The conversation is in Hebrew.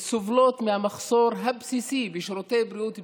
סובלות מהמחסור הבסיסי בשירותי בריאות בסיסיים.